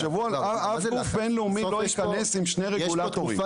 אף גוף בין-לאומי לא ייכנס עם שני רגולטורים.